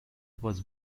was